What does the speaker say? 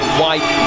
white